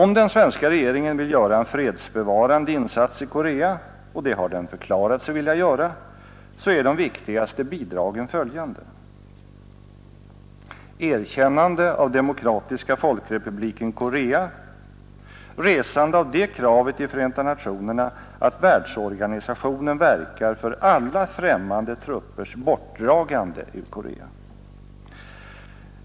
Om den svenska regeringen vill göra en fredsbevarande insats i Korea — och det har den förklarat sig vilja göra — så är de viktigaste bidragen följande: erkännande av Demokratiska folkrepubliken Korea, resande av det kravet i Förenta nationerna att världsorganisationen verkar för alla främmande truppers bortdragande ur Korea.